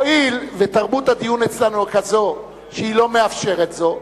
הואיל ותרבות הדיון אצלנו היא כזו שהיא לא מאפשרת זו,